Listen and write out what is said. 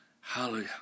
Hallelujah